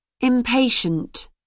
Impatient